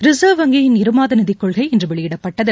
reserve வங்கியின் இருமாதநிதிக்கொள்கை இன்றுவெளியிடப்பட்டது